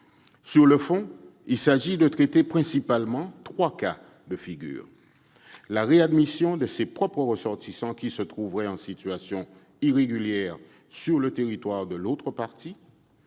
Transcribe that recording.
Sur le fond, il s'agit de traiter principalement trois cas de figure : la réadmission par une partie de ses propres ressortissants qui se trouveraient en situation irrégulière sur le territoire de l'autre partie